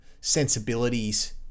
sensibilities